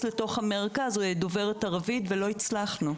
למרכז בבאר-שבע דוברת ערבית ולא הצלחנו.